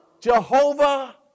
Jehovah